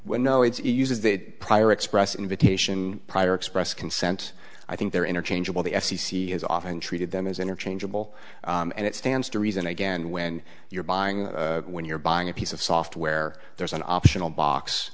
when no it's uses the prior express invitation prior express consent i think they're interchangeable the f c c has often treated them as interchangeable and it stands to reason again when you're buying when you're buying a piece of software there's an optional box